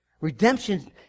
Redemption